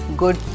good